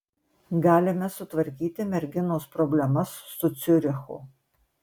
galime sutvarkyti merginos problemas su ciurichu